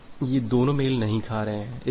अब ये दोनों मेल नहीं खा रहे हैं